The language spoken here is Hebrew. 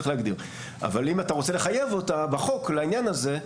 אם אתה רוצה לחייב אותה בחוק לעניין הזה,